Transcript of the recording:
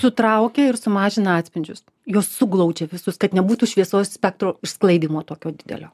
sutraukia ir sumažina atspindžius juos suglaudžia visus kad nebūtų šviesos spektro išsklaidymo tokio didelio